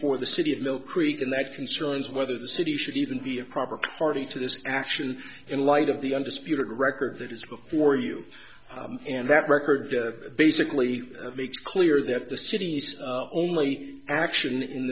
for the city of mill creek and that concerns whether the city should even be a proper party to this action in light of the undisputed record that is before you and that record basically makes clear that the city's only action in